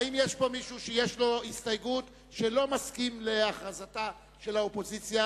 האם יש פה מישהו שיש לו הסתייגות שלא מסכים להכרזתה של האופוזיציה?